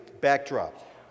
backdrop